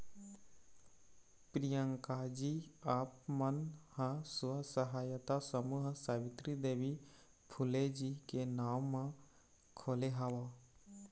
प्रियंकाजी आप मन ह स्व सहायता समूह सावित्री देवी फूले जी के नांव म खोले हव